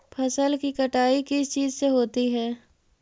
फसल की कटाई किस चीज से होती है?